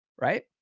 right